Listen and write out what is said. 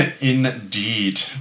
Indeed